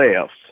left